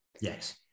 Yes